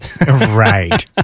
Right